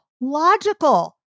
logical